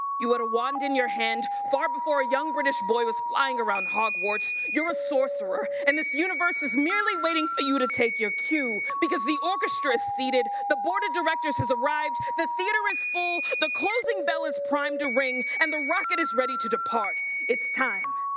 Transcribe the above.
you are the wand in your hand, far before a young british boy was flying around hogwarts. you're a sorcerer and this universe is merely waiting for you to take your cue because the orchestra is seated, the board of directors has arrived, the theater is full, the closing bell is primed to ring and the rocket is ready to depart. it's time.